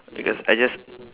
because I just